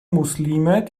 muslime